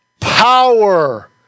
power